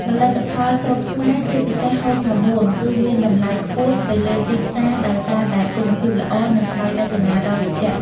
ផលិតផលសូត្រខ្មែរ ជាពិសេសហូល ផាមួង គឺមានតម្លៃខ្ពស់នៅលើទីផ្សារ ដោយសារតែគុណភាពល្អ និងក្បាច់រចនាដ៏វិចិត្រ។